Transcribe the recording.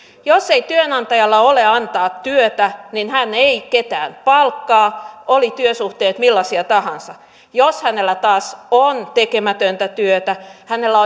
jos ei työnantajalla ole antaa työtä niin hän ei ketään palkkaa olivat työsuhteet millaisia tahansa jos hänellä taas on tekemätöntä työtä hänellä